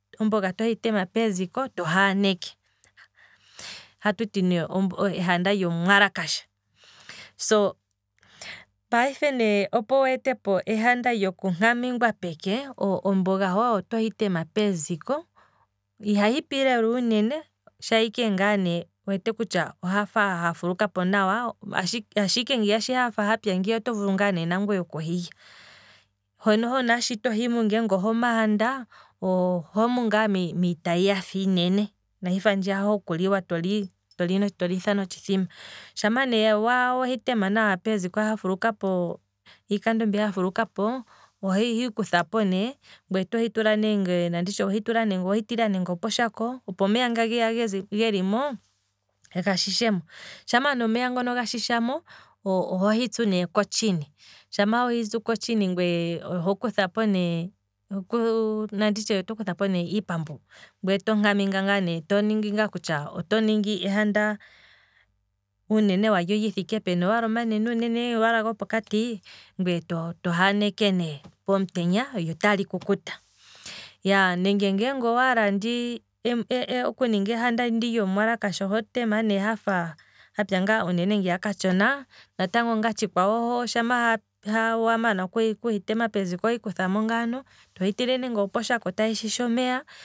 Opoga tohi tema peziko, to haaneke, ohatu ti ne ehanda lyomuwalakasha, so, opo weetepo ehanda lyoku nkamingwa peke, omboga hohe otohi tema peziko, iha hipi lela uunene, sha ike wafa wu wete kutya ohafa hafulukapo nawa, ashike shi hafa hapya ngiya oto vulu ngaa nangweye oku hilya, sho naho to himu ngeenge oho mahanda, oto himu ngaa miitayi yafa iinene, ina hifa ndjiya hoku liwa toli notshithima, shama ne wehi tema nawa peziko ha fulukapo iikando mbi hafulukapo, oho hikuthapo ne. ngweye otohi tula nande oposhako, opo omeya nga gelimo ga shishemo, shama ne omeya ngono gashishamo, oho hitsu nee kotshini, shama weyitsu kotshini, oho kuthapo ne iipambu, ngweye tonkaminga ngaa ne toningi kutya oto ningi ehanda uunene walyo kutya owu thiike peni, owaala oma nene uunene, owaala gopokati, ngweye toga aneke nee pomutenya go otaga kukuta, nenge ngeenge owaala okuninga ehanda ndi lyomuwalakasho, oho tema ngaa uunene hafa hapya katshona, nango onga tshi kwawo, sha wamana oku hitema oto hi kuthamo tohi tula poshako tahi shisha omeya